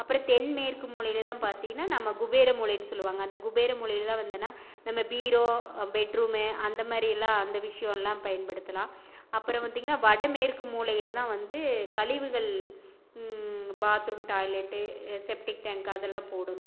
அப்புறோம் தென் மேற்கு மூலையில் தான் பார்த்திங்னா நம்ம குபேர மூலைனு சொல்லுவாங்க அந்த குபேர மூலையில் தான் வந்தோனா நம்ம பீரோ பெட்ரூமு அந்த மாதிரி எல்லாம் அந்த விஷயோம்லாம் பயன் படுத்தலாம் அப்புறோம் பார்த்திங்ன்னா வட மேற்கு மூலையில் தான் வந்து கழிவுகள் பாத்ரூம் டாய்லெட் செப்டிக்டேங்கு அதெல்லாம் போடணும்